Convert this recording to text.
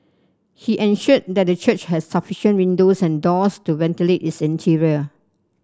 he ensured that the church had sufficient windows and doors to ventilate its interior